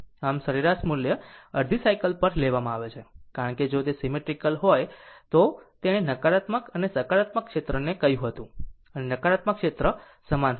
આમ સરેરાશ મૂલ્ય અડધી સાયકલ પર લેવામાં આવે છે કારણ કે જો તે સીમેટ્રીકલ હોય તો તેણે નકારાત્મક અને સકારાત્મક ક્ષેત્રને કહ્યું હતું અને નકારાત્મક ક્ષેત્ર સમાન હશે